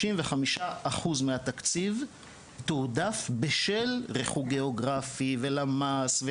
35 אחוזים מהתקציב תועדף בשל ריחוק גיאוגרפי ולמ"ס.